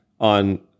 on